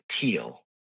teal